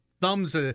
thumbs